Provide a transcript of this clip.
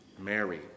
Mary